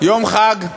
יום חג,